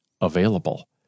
available